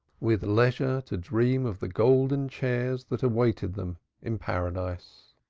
with leisure to dream of the golden chairs that awaited them in paradise.